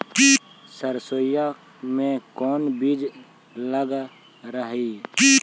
सरसोई मे कोन बीज लग रहेउ?